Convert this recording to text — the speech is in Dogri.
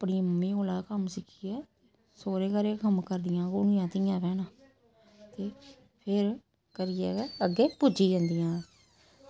अपनियें मम्मियें कोला कम्म सिक्खियै सौह्रे घरै दे कम्म करदियां ओह् कुड़ियां धियां भैनां ते फिर करियै गै अग्गें पुज्जी जंदियां